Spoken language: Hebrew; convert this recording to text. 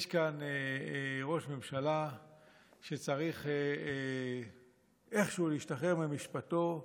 יש כאן ראש ממשלה שצריך איכשהו להשתחרר ממשפטו.